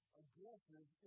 aggressive